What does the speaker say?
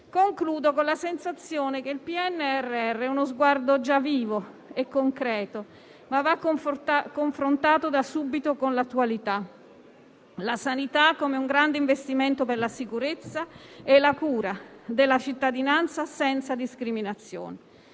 Concludo con la sensazione che il PNRR è uno sguardo già vivo e concreto, ma va confrontato da subito con l'attualità. La sanità come un grande investimento per la sicurezza e la cura della cittadinanza senza discriminazioni.